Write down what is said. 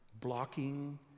blocking